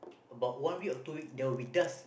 about one week or two week there will be dust